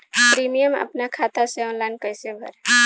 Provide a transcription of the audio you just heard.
Premium अपना खाता से ऑनलाइन कईसे भरेम?